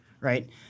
right